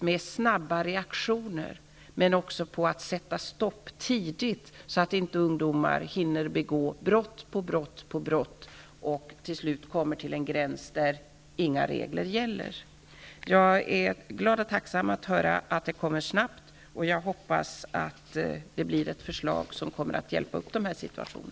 Det visar också hur viktigt det är att sätta stopp tidigt, så att inte ungdomar hinner begå brott på brott och till slut kommer till en gräns där inga regler gäller. Jag är glad och tacksam över att höra att det snabbt kommer ett förslag, och jag hoppas att det blir ett förslag som kommer att hjälpa upp denna situation.